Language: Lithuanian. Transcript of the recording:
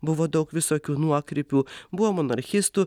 buvo daug visokių nuokrypių buvo monarchistų